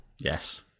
Yes